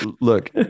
look